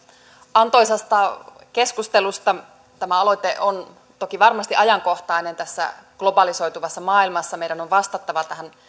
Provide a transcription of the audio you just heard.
antoisasta keskustelusta tämä aloite on varmasti ajankohtainen tässä globalisoituvassa maailmassa meidän on vastattava tähän